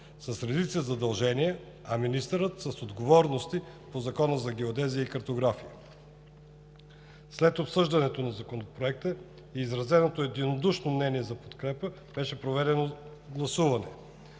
с редица задължения, а министърът – с отговорности по Закона за геодезия и картография. След обсъждането на Законопроекта и изразеното единодушно мнение за подкрепа беше проведено гласуване: